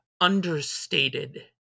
understated